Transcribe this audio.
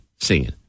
singing